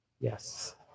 Yes